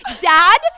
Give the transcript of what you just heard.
dad